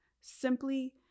simply